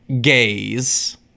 gays